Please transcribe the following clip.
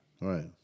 Right